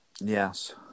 Yes